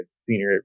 senior